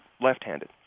left-handed